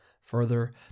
Further